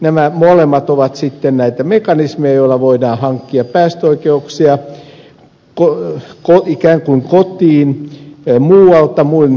nämä molemmat ovat sitten näitä mekanismeja joilla voidaan hankkia päästöoikeuksia ikään kuin kotiin muualta muin toimin